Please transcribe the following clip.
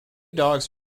dogs